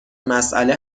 مسئله